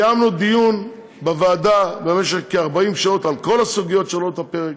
קיימנו דיון בוועדה במשך כ-40 שעות על כל הסוגיות שעולות על הפרק,